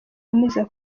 amuziza